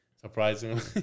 Surprisingly